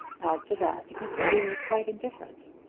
as to that, mr. green was quite indifferent,